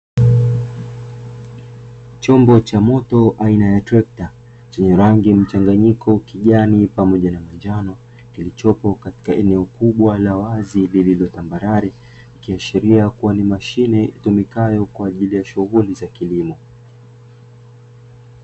Chombo cha moto aina ya trekta, chenye rangi mchanganyiko kijani pamoja na manjano, kilichopo katika eneo kubwa la wazi lililo tambarare, ikiashiria kuwa ni mashine itumikayo kwa ajili ya shughuli za kilimo.